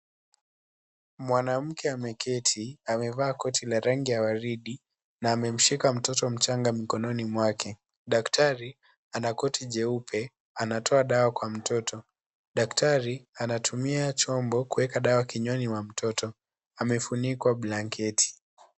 Mwanamke ameketi amevaa koti la rangi la waridi na amemshika mtoto mchanga mkononi mwake, daktari ana koti jeupe anatoa dawa kwa mtoto, daktari anatumia chombo kuweka dawa mdomoni mwa mtoto amefunikwa blanketi.